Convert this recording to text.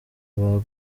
baguye